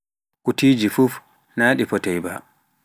kutiiji fuuf na ɗe footaay ba.